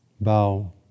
Bow